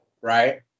right